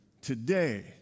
today